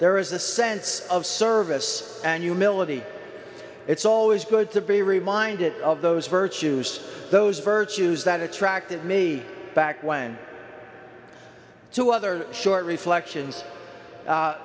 there is a sense of service and you military it's always good to be reminded of those virtues those virtues that attracted me back when two other short reflections